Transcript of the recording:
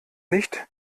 nicht